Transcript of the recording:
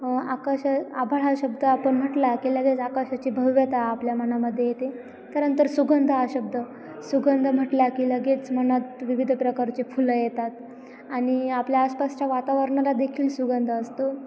आकाश आभळ हा शब्द आपण म्हटला की लगेच आकाशाची भव्यता आपल्या मनामध्येे येते त्यानंतर सुगंध हा शब्द सुगंध म्हटला की लगेच मनात विविध प्रकारचे फुलं येतात आणि आपल्या आसपासच्या वातावरणाला देखील सुगंध असतो